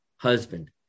husband